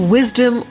Wisdom